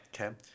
Okay